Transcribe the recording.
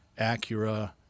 Acura